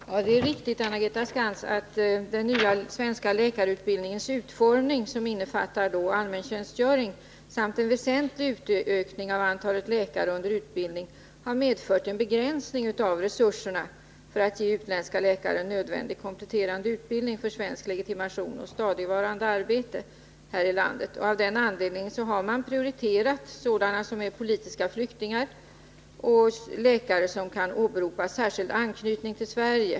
Herr talman! Det är riktigt, Anna-Greta Skantz, att den nya svenska läkarutbildningens utformning, som omfattar allmäntjänstgöring och en väsentlig utökning av antalet läkare, har medfört en begränsning av resurserna för att kunna ge utländska läkare nödvändig kompletterande utbildning för svensk legitimation och stadigvarande arbete här i landet. Av den anledningen har man prioriterat politiska flyktingar och läkare som kan åberopa särskild anknytning till Sverige.